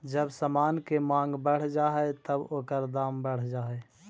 जब समान के मांग बढ़ जा हई त ओकर दाम बढ़ जा हई